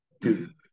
dude